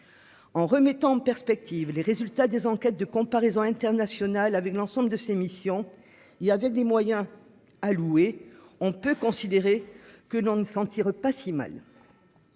En remettant en perspective les résultats des enquêtes de comparaisons internationales avec l'ensemble de ses missions. Il y avait des moyens alloués. On peut considérer que nous ne s'en tire pas si mal.